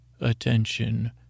Attention